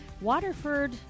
Waterford